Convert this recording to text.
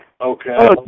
Okay